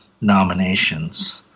nominations